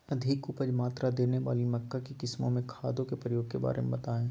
अधिक उपज मात्रा देने वाली मक्का की किस्मों में खादों के प्रयोग के बारे में बताएं?